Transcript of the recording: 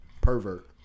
pervert